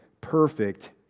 perfect